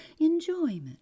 enjoyment